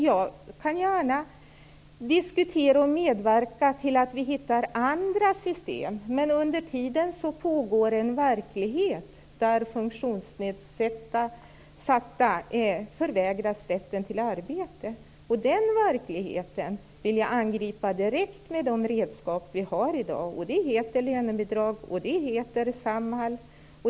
Jag kan gärna diskutera och medverka till att vi hittar andra system. Men under tiden pågår en verklighet där funktionsnedsatta förvägras rätten till arbete. Den verkligheten vill jag angripa direkt med de redskap vi har i dag. De heter lönebidrag och Samhall.